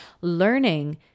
learning